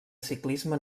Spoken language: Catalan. ciclisme